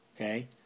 Okay